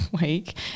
week